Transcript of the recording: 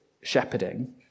shepherding